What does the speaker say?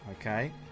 okay